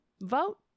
vote